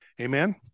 Amen